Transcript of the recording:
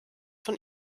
von